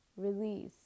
Release